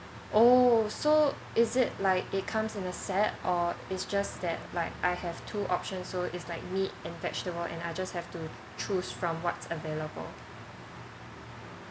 oh so is it like it comes in a set or it's just that like I have two options so it's like meat and vegetable and I have to choose from what's available